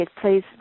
please